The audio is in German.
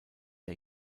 der